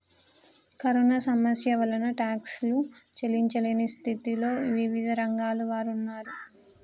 corona సమస్య వలన టాక్సీలు చెల్లించలేని స్థితిలో వివిధ రంగాల వారు ఉన్నారు